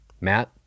Matt